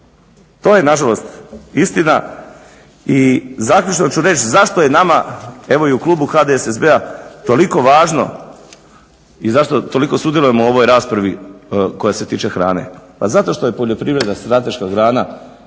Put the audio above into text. To je nažalost istina. I zaključno ću reć zašto je nama, evo i u klubu HDSSB-a toliko važno i zašto toliko sudjelujemo u ovoj raspravi koja se tiče hrane. Pa zato što je poljoprivreda strateška grana